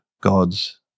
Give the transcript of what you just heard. God's